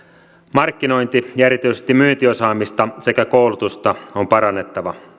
markkinointi ja erityisesti myyntiosaamista sekä koulutusta on parannettava